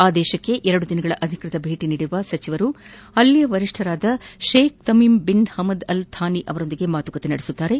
ಆದೇಶಕ್ಕೆ ಎರಡು ದಿನಗಳ ಅಧಿಕೃತ ಭೇಟ ನೀಡಿರುವ ಸಚಿವರು ಅಲ್ಲಿಯ ವರಿಷ್ಠರಾದ Sheikh Tamim bin Hamad Al Thani ಅವರೊಂದಿಗೆ ಮಾತುಕತೆ ನಡೆಸಲಿದ್ದಾರೆ